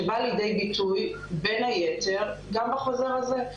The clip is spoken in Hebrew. שבאה לידי ביטוי בין היתר גם בחוזר הזה.